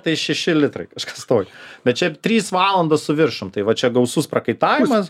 tai šeši litrai kažkas tokio bet šiaip trys valandos su viršum tai va čia gausus prakaitavimas